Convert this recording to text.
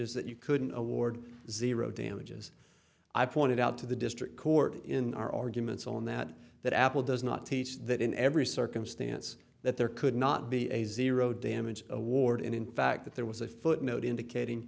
damages that you couldn't award zero damages i pointed out to the district court in our arguments on that that apple does not teach that in every circumstance that there could not be a zero damage award and in fact that there was a footnote indicating